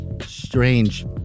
strange